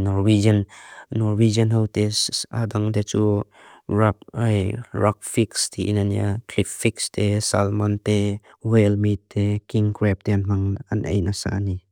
Norwegian, Norwegian hau tis, antil itu, rockfish tite nia. Clifffish tite, salmon tite, whale meat tite, king crab tite an man nasa.